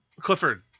Clifford